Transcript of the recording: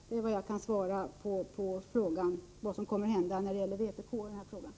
Detta är det svar som jag kan ge på frågan om vad som händer då det gäller vpk i detta fall.